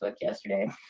yesterday